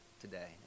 today